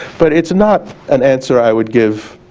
but it's not an answer i would give